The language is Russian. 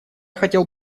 хотел